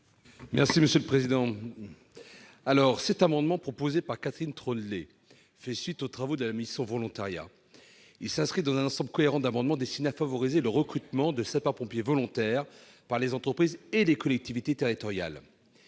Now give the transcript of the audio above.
l'amendement n° 121 rectifié. Cet amendement, proposé par Catherine Troendlé, fait suite aux travaux de la mission pour la relance du volontariat. Il s'inscrit dans un ensemble cohérent d'amendements destinés à favoriser le recrutement de sapeurs-pompiers volontaires par les entreprises et les collectivités territoriales.